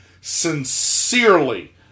sincerely